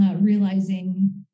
realizing